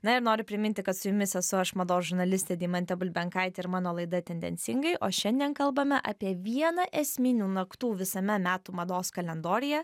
na ir noriu priminti kad su jumis esu aš mados žurnalistė deimantė bulbenkaitė ir mano laida tendencingai o šiandien kalbame apie vieną esminių naktų visame metų mados kalendoriuje